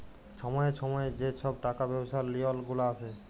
ছময়ে ছময়ে যে ছব টাকা ব্যবছার লিওল গুলা আসে